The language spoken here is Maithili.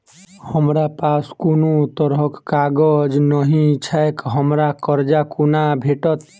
हमरा पास कोनो तरहक कागज नहि छैक हमरा कर्जा कोना भेटत?